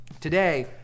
Today